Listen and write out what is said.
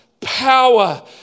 power